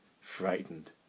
frightened